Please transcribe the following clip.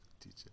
teacher